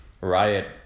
riot